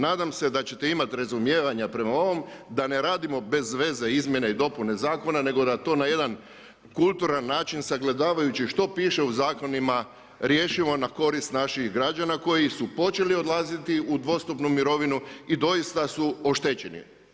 Nadam se da ćete imati razumijevanja prema ovom, da ne radimo bezveze izmjene i dopune zakona, nego da to na jedan kulturan način sagledavajući što piše u zakonima riješimo na korist naših građana, koji su počeli odlaziti u dvostupnu mirovinu i doista su oštećeni.